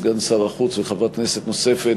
סגן שר החוץ וחברת כנסת נוספת,